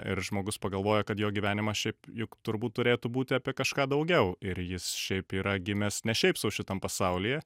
ir žmogus pagalvoja kad jo gyvenimas šiaip juk turbūt turėtų būti apie kažką daugiau ir jis šiaip yra gimęs ne šiaip sau šitam pasaulyje